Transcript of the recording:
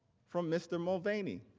from mr. mulvaney.